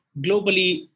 globally